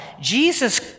Jesus